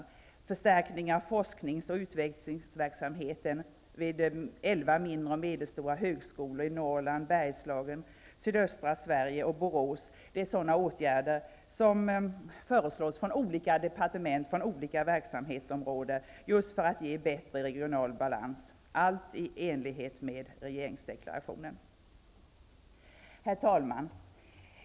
Det blir en förstärkning av forsknings och utvecklingsverksamheten vid elva mindre och medelstora högskolor i Norrland, i Bergslagen, i sydöstra Sverige och i Borås. Det är sådana åtgärder som föreslås från olika departement, från olika verksamhetsområden, just för att ge bättre regional balans -- allt i enlighet med regeringsdeklarationen. Herr talman!